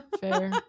fair